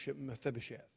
Mephibosheth